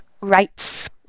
rights